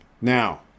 now